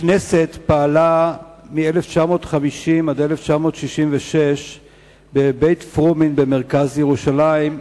הכנסת פעלה מ-1950 עד 1966 בבית-פרומין במרכז ירושלים,